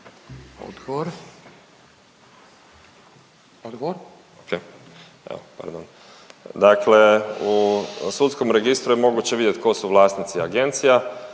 Evo, pardon. Dakle u Sudskom registru je moguće vidjeti tko su vlasnici agencija.